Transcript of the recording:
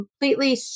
completely